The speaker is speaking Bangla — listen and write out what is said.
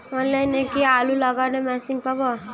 অনলাইনে কি আলু লাগানো মেশিন পাব?